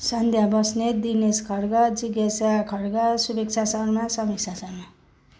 सन्ध्या बस्नेत दिनेश खड्का जिगेशा खड्का सुभेक्षा शर्मा समीक्षा शर्मा